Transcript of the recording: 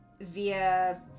via